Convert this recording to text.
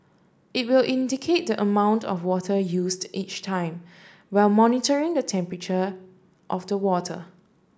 it will indicate the amount of water used each time while monitoring the temperature of the water